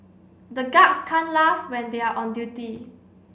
the guards can't laugh when they are on duty